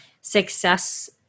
success